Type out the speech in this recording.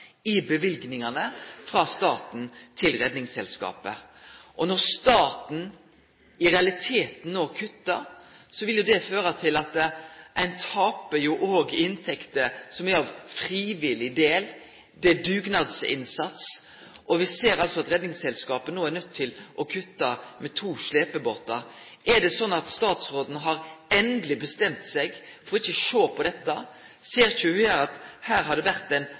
i løyvingane frå staten til Redningsselskapet. Når staten i realiteten no kuttar, vil jo det føre til at ein òg taper inntekter som gjeld frivillig del, dugnadsinnsatsen, og me ser altså at Redningsselskapet no er nøydt til å kutte med to slepebåtar. Er det sånn at statsråden har endeleg bestemt seg for ikkje å sjå på dette? Ser ho ikkje at det her har vore ei dugnadstenking, eit godt samarbeid? Og vil ikkje statsråden vidareføre det?